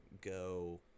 go